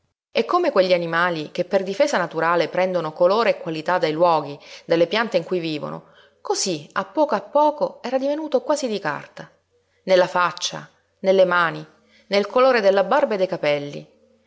e come quegli animali che per difesa naturale prendono colore e qualità dai luoghi dalle piante in cui vivono cosí a poco a poco era divenuto quasi di carta nella faccia nelle mani nel colore della barba e dei capelli